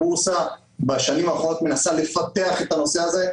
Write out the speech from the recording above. הבורסה בשנים האחרונות מנסה לפתח את הנושא הזה,